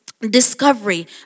Discovery